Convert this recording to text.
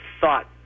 thought